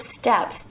steps